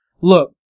look